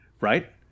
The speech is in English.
right